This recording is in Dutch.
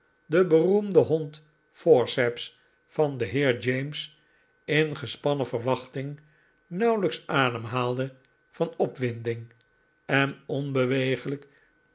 de beroemde hond forceps van den heer james in gespannen verwachting nauwelijks ademhaalde van opwinding en onbeweeglijk